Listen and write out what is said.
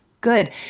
good